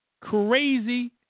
crazy